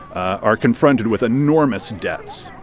are confronted with enormous debts,